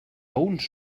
uns